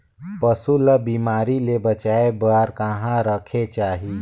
पशु ला बिमारी ले बचाय बार कहा रखे चाही?